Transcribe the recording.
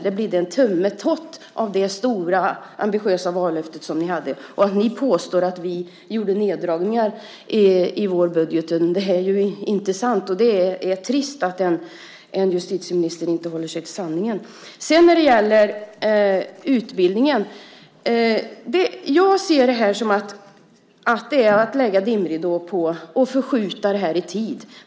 Det bidde en tummetott av det stora ambitiösa vallöfte som ni hade. Ni påstår att vi gjorde neddragningar i vår budget. Det är inte sant, och det är trist att en justitieminister inte håller sig till sanningen. När det sedan gäller utbildningen ser jag det som att det här är att lägga dimridåer och förskjuta det i tid.